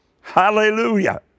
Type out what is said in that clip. Hallelujah